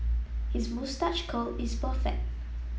his moustache curl is perfect